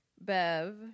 Bev